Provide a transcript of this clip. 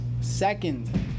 second